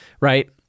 right